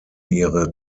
ihre